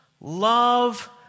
love